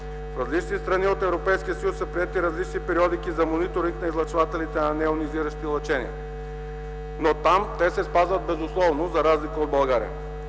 В различните страни от Европейския съюз са приети различни периодики за мониторинг на излъчвателите на нейонизиращи лъчения, но там те се спазват безусловно, за разлика от България.